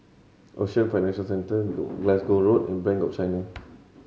Ocean Financial Centre Glasgow Road and Bank of China